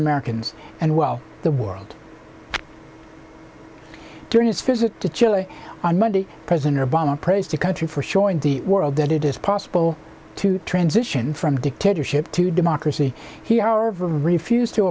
americans and well the world during his visit to chile on monday president obama praised the country for showing the world that it is possible to transition from dictatorship to democracy here are refused to